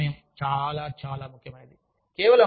మళ్ళీ సమయం చాలా చాలా ముఖ్యమైనది